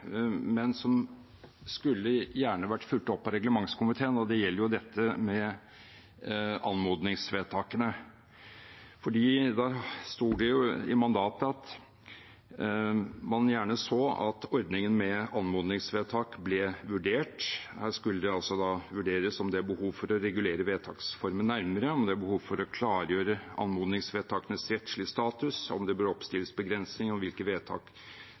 gjerne skulle vært fulgt opp av reglementskomiteen. Det gjelder anmodningsvedtakene, for det sto i mandatet at man gjerne så at ordningen med anmodningsvedtak ble vurdert. Det skulle vurderes om det er behov for å regulere vedtaksformen nærmere, om det er behov for å klargjøre anmodningsvedtakenes rettslige status, om det bør oppstilles begrensninger av hva vedtakene kan gå ut på, og om